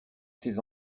ses